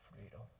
freedom